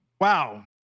wow